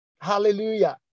Hallelujah